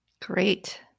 Great